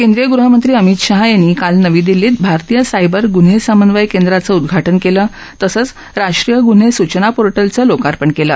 केंद्रीय गृहमंत्री अमित शहा यांनी काल नवी दिल्लीत भारतीय सायबर गृन्हे समन्वय केंद्राचं उद्धाटन केलं तसंच राष्ट्रीय गून्हे सूचना पोर्टलचं लोकार्पण केलं